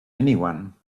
anyone